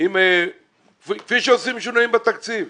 כפי שעושים שינויים בתקציב,